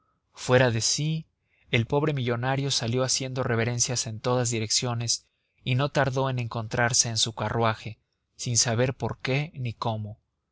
fuera de sí el pobre millonario salió haciendo reverencias en todas direcciones y no tardó en encontrarse en su carruaje sin saber por qué ni cómo